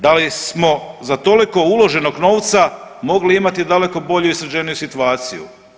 Da li smo za toliko uloženog novca mogli imati daleko bolju i sređeniju situaciju?